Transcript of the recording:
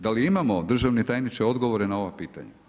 Da li imamo državni tajniče, odgovore na ova pitanja?